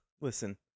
Listen